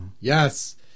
Yes